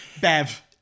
Bev